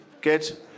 Good